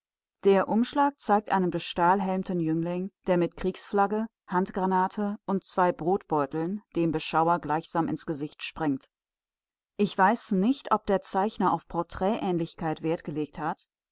der umschlag zeigt einen bestahlhelmten jüngling der mit kriegsflagge handgranate und zwei brotbeuteln dem beschauer gleichsam ins gesicht springt ich weiß nicht ob der zeichner auf porträtähnlichkeit wert gelegt hat